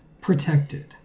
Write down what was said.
protected